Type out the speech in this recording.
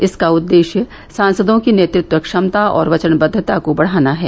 इसका उद्देश्य सांसदों की नेतृत्व क्षमता और वचनबद्धता को बढ़ाना है